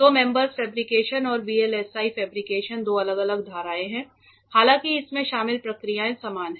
तो MEMS fabrication और VLSI fabrication दो अलग अलग धाराएं हैं हालांकि इसमें शामिल प्रक्रियाएं समान हैं